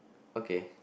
okay